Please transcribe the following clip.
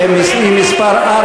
מס' 4,